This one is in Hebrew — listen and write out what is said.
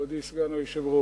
מכובדי סגן היושב-ראש,